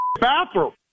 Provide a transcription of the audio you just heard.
bathroom